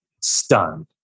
stunned